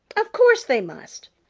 of course they must.